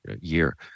year